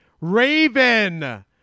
Raven